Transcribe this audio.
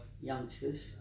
youngsters